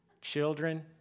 children